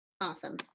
Awesome